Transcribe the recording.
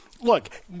Look